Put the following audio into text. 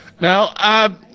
now –